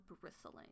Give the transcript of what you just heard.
bristling